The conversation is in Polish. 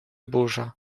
burza